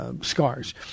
scars